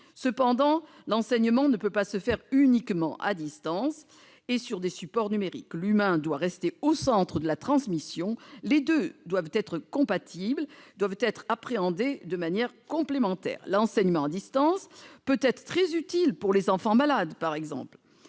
Cependant, l'enseignement ne peut pas se faire uniquement à distance et des supports numériques. L'humain doit rester au centre de la transmission. Les deux approches, loin d'être incompatibles, doivent être appréhendées comme complémentaires. L'enseignement à distance peut être très utile, par exemple pour les enfants malades, qui peuvent